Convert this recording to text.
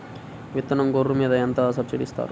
విత్తనం గొర్రు మీద ఎంత సబ్సిడీ ఇస్తారు?